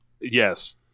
yes